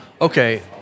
okay